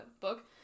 book